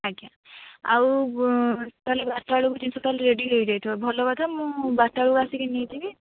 ଆଜ୍ଞା ଆଉ ତା'ହେଲେ ବାରଟାବେଳକୁ ଜିନିଷ ତା'ହେଲେ ରେଡ଼ି ହେଇଯାଇଥିବ ଭଲକଥା ମୁଁ ବାରଟାବେଳକୁ ଆସିକି ନେଇଯିବି